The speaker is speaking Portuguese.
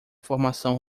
formação